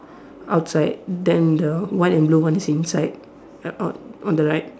outside then the white and blue one is inside uh on on the right